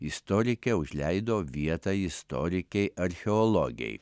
istorikė užleido vietą istorikei archeologei